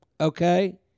Okay